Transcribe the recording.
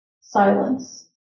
silence